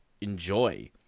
Enjoy